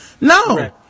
No